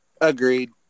Agreed